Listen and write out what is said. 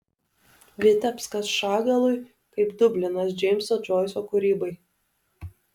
vitebskas šagalui kaip dublinas džeimso džoiso kūrybai